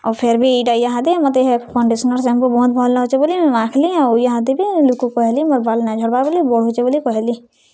ଆଉ ଫେର୍ ବି ଇହାଦେ ହେ ମତେ କଣ୍ଡିସନର୍ ସାମ୍ପୁ ବହୁତ୍ ଭଲ୍ ଲାଗୁଛେ ବୋଲି ମୁଇଁ ମାଖ୍ଲି ଆଉ ଇଆଦେ ବି ଲୁକ୍କୁ କହେଲି ମୋର୍ ବାଲ୍ ନାଇଁ ଝଡ଼ବାର୍ ବୋଲି ବଢ଼ୁଛେ ବୋଲି କହେଲି